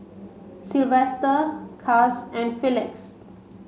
Silvester Cas and Felix